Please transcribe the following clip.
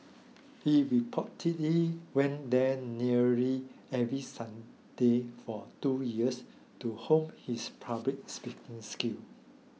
he reportedly went there nearly every Sunday for two years to hone his public speaking skill